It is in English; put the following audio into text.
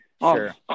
Sure